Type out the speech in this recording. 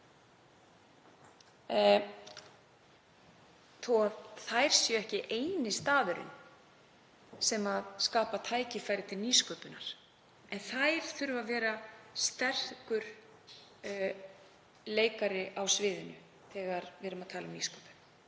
þær séu ekki eini staðurinn sem skapar tækifæri til nýsköpunar þurfa þær að vera sterkur leikari á sviðinu þegar við erum að tala um nýsköpun.